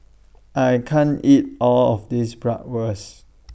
I can't eat All of This Bratwurst